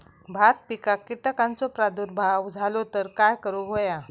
भात पिकांक कीटकांचो प्रादुर्भाव झालो तर काय करूक होया?